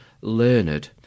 learned